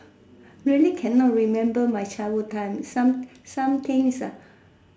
really cannot remember my childhood times some some things ah